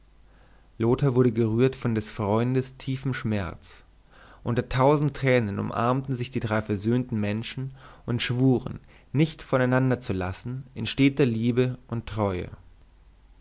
lothar wurde gerührt von des freundes tiefem schmerz unter tausend tränen umarmten sich die drei versöhnten menschen und schwuren nicht voneinander zu lassen in steter liebe und treue